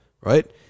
right